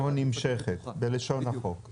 או נמשכת בלשון החוק .